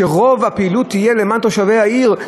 שרוב הפעילות תהיה למען תושבי העיר.